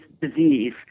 disease